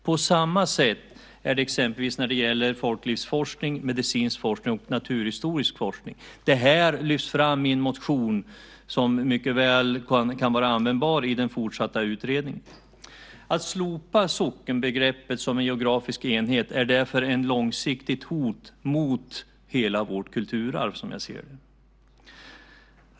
På samma sätt är det exempelvis när det gäller folklivsforskning, medicinsk forskning och naturhistorisk forskning. Det här lyfts fram i en motion som mycket väl kan vara användbar i den fortsatta utredningen. Att slopa sockenbegreppet som en geografisk enhet är därför ett långsiktigt hot mot hela vårt kulturarv, som jag ser det.